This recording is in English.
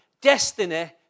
destiny